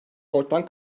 ortadan